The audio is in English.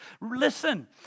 Listen